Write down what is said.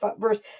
verse